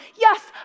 Yes